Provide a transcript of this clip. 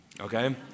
okay